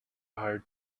hire